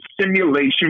simulation